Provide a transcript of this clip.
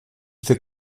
viele